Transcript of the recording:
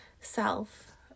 self